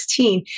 2016